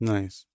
Nice